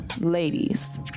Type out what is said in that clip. ladies